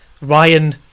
Ryan